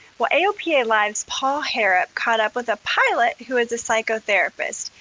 well aopa live's paul harrop caught up with a pilot who is a psychotherapist.